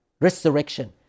Resurrection